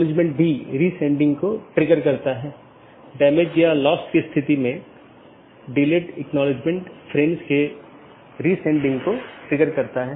त्रुटि स्थितियों की सूचना एक BGP डिवाइस त्रुटि का निरीक्षण कर सकती है जो एक सहकर्मी से कनेक्शन को प्रभावित करने वाली त्रुटि स्थिति का निरीक्षण करती है